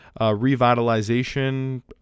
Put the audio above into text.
revitalization